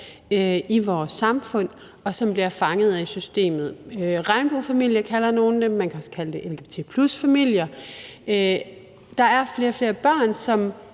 i vores samfund, og som bliver fanget af systemet. Regnbuefamilier kalder nogle dem, man kan også kalde dem lgbt+-familier. Der er flere og flere børn, som